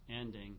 ending